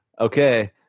Okay